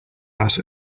less